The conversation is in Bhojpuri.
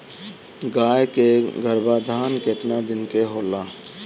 गाय के गरभाधान केतना दिन के होला?